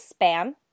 spam